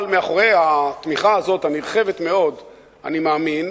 אבל מאחורי התמיכה הזאת, הנרחבת מאוד, אני מאמין,